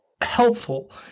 helpful